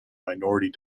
minority